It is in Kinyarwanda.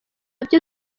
byo